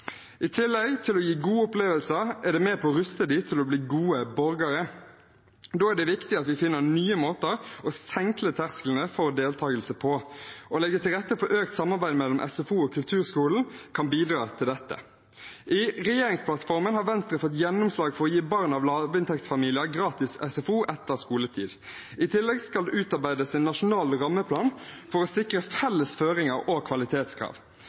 I tillegg til at det gir gode opplevelser, er det med på å ruste dem til å bli gode borgere. Da er det viktig at vi finner nye måter å senke tersklene for deltakelse på. Å legge til rette for økt samarbeid mellom SFO og kulturskolen kan bidra til dette. I regjeringsplattformen har Venstre fått gjennomslag for å gi barn fra lavinntektsfamilier gratis SFO etter skoletid. I tillegg skal det utarbeides en nasjonal rammeplan, for å sikre felles føringer og kvalitetskrav.